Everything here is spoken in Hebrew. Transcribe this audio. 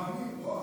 למה?